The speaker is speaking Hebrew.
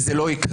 זה לא יקרה?